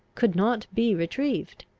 could not be retrieved.